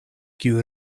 kiu